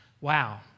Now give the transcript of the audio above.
wow